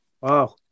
Wow